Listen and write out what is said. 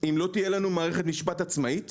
ואם לא תהיה לנו מערכת משפט עצמאית,